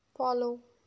follow